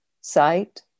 sight